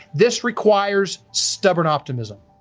this requires stubborn optimism